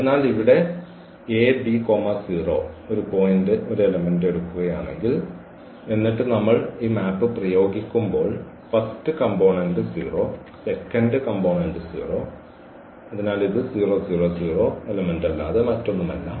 അതിനാൽ ഇവിടെ a b 0 ഒരു പോയിന്റ് എലെമെന്റു എടുക്കുകയാണെങ്കിൽ എന്നിട്ട് നമ്മൾ ഈ മാപ്പ് പ്രയോഗിക്കുമ്പോൾ ഫസ്റ്റ് കോംപോണേന്റ് 0 സെക്കന്റ് കോംപോണേന്റ് 0 അതിനാൽ ഇത് 000 മൂലകമല്ലാതെ മറ്റൊന്നുമല്ല